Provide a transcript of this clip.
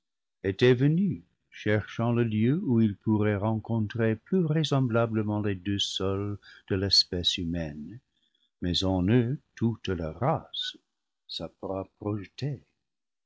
était venu cherchant le lieu où il pourrait rencontrer plus vraisemblablement les deux seuls de l'espèce humaine mais en eux toute leur race sa